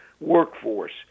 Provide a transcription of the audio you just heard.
workforce